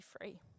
free